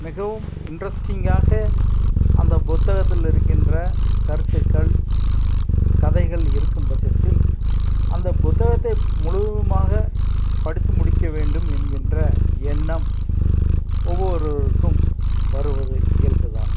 மிகவும் இண்ட்ரஸ்டிங்காக அந்த புத்தகத்தில் இருக்கின்ற கருத்துக்கள் கதைகள் இருக்கும் பட்சத்தில் அந்த புத்தகத்தை முழுவதுமாக படித்து முடிக்க வேண்டும் என்கின்ற எண்ணம் ஒவ்வொருவருக்கும் வருவது இயல்புதான்